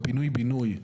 בפינוי בינוי,